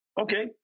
okay